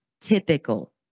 typical